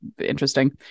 interesting